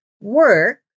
work